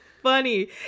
funny